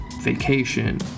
vacation